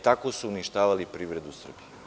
Tako su uništavali privredu Srbije.